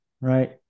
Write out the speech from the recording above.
right